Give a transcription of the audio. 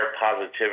positivity